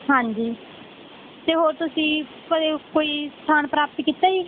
ਹਾਂਜੀ ਅਤੇ ਹੋਰ ਤੁਸੀਂ ਕਦੇ ਓ ਕੋਈ ਸਥਾਨ ਪ੍ਰਾਪਤ ਕੀਤਾ ਜੀ